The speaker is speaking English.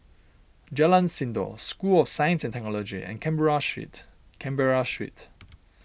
Jalan Sindor School of Science and Technology and Canberra Street Canberra Street